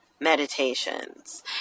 meditations